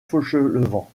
fauchelevent